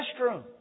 restroom